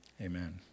Amen